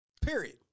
Period